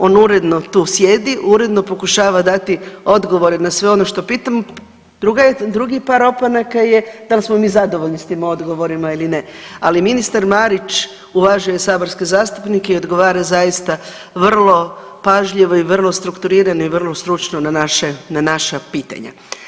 On uredno tu sjedi, uredno pokušava dati odgovore na sve ono što pitamo, drugi par opanaka je da li smo mi zadovoljni s tim odgovorima ili ne, ali ministar Marić uvažuje saborske zastupnike i odgovara zaista vrlo pažljivo i vrlo strukturirano i vrlo stručno na naša pitanja.